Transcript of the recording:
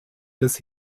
des